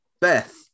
Beth